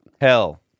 Hell